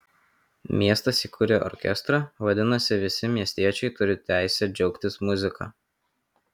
miestas įkūrė orkestrą vadinasi visi miestiečiai turi teisę džiaugtis muzika